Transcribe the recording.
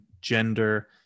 gender